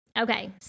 Okay